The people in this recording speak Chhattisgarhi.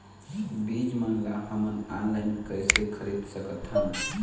बीज मन ला हमन ऑनलाइन कइसे खरीद सकथन?